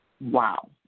Wow